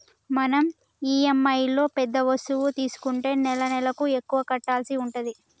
మనం ఇఎమ్ఐలో పెద్ద వస్తువు తీసుకుంటే నెలనెలకు ఎక్కువ కట్టాల్సి ఉంటది